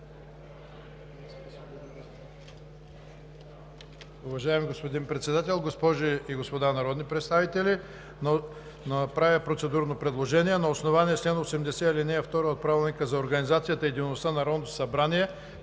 Уважаеми господин Председател, госпожи и господа народни представители! Правя процедурно предложение – на основание чл. 80, ал. 2 от Правилника за организацията и дейността на Народното събрание